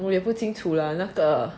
我也不清楚了那个